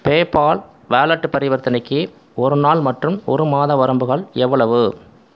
PayPal wallet பரிவர்த்தனைக்கு ஒரு நாள் மற்றும் ஒரு மாத வரம்புகள் எவ்வளவு